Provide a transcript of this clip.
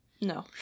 No